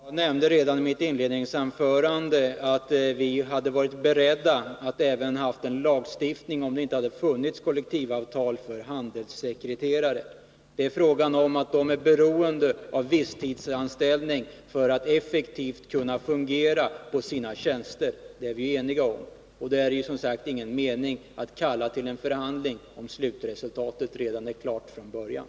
Fru talman! Jag nämnde redan i mitt inledningsanförande att vi hade varit beredda att acceptera en lagstiftning också för handelssekreterare, om det inte redan hade funnits kollektivavtal för dem. De är beroende av visstidsanställning för att kunna fungera effektivt på sina tjänster — det är vi eniga om. Det är som sagt ingen mening att kalla till en förhandling, om slutresultatet är klart redan från början.